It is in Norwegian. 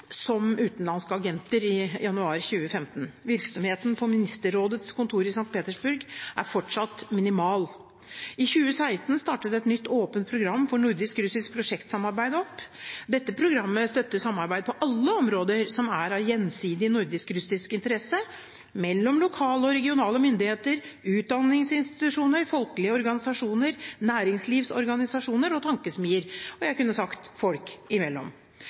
som utenlandske agenter. Virksomheten på ministerrådets kontor i St. Petersburg er fortsatt minimal. I 2016 startet et nytt åpent program for nordisk-russisk prosjektsamarbeid opp. Dette programmet støtter samarbeid på alle områder som er av gjensidig nordisk-russisk interesse, mellom lokale og regionale myndigheter, utdanningsinstitusjoner, folkelige organisasjoner, næringslivsorganisasjoner og tankesmier – og jeg kunne sagt folk imellom.